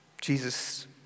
Jesus